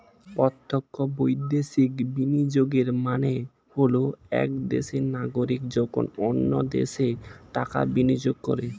প্রত্যক্ষ বৈদেশিক বিনিয়োগের মানে হল এক দেশের নাগরিক যখন অন্য দেশে টাকা বিনিয়োগ করে